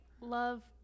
love